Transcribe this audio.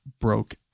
broke